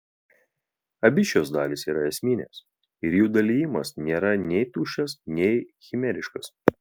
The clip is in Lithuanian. abi šios dalys yra esminės ir jų dalijimas nėra nei tuščias nei chimeriškas